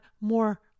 more